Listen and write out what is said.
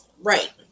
Right